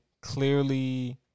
clearly